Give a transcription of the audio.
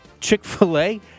Chick-fil-A